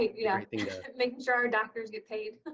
yeah. making sure our doctors get paid.